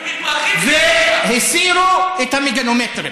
אתם חילקתם לאנשים, והסירו את המגנומטרים.